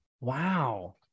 Wow